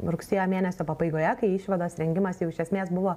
rugsėjo mėnesio pabaigoje kai išvados rengimas jau iš esmės buvo